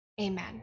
amen